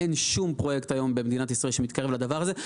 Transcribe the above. אין שום פרויקט היום במדינת ישראל שמתקרב לדבר הזה.